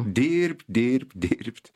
dirbt dirbt dirbt